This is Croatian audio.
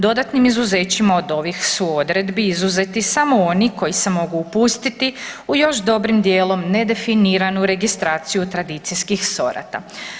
Dodatnim izuzećima od ovih su odredbi izuzeti samo oni koji se mogu upustiti u još dobrim djelom nedefiniranu registraciju tradicijskih sorata.